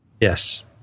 Yes